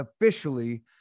officially